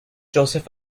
joseph